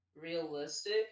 realistic